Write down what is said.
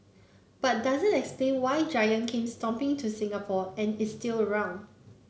but doesn't explain why giant came stomping to Singapore and is still around